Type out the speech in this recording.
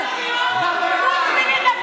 חכה.